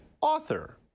author